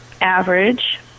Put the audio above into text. average